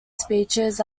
speeches